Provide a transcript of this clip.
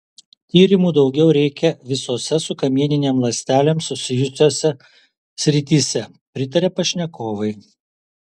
tyrimų daugiau reikia visose su kamieninėm ląstelėm susijusiose srityse pritaria pašnekovai